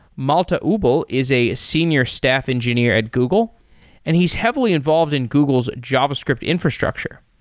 malte ubl is a senior staff engineer at google and he's heavily involved in google's javascript infrastructure.